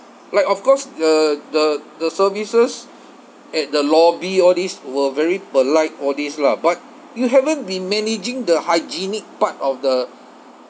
like of course the the the services at the lobby all these were very polite all these lah but you haven't been managing the hygienic part of the